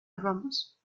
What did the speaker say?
aromas